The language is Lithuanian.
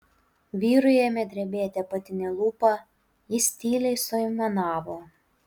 vyrui ėmė drebėti apatinė lūpa jis tyliai suaimanavo